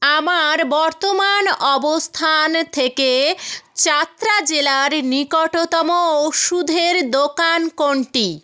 আমার বর্তমান অবস্থান থেকে চাতরা জেলার নিকটতম ওষুধের দোকান কোনটি